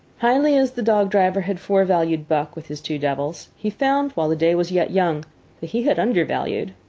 highly as the dog-driver had forevalued buck, with his two devils, he found, while the day was yet young, that he had undervalued.